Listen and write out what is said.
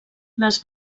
les